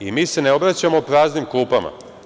I, mi se ne obraćamo praznim klupama.